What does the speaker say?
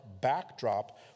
backdrop